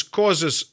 causes